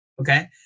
Okay